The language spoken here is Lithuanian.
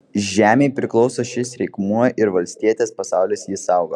žemei priklauso šis reikmuo ir valstietės pasaulis jį saugo